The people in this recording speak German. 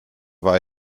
war